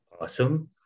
Awesome